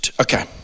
okay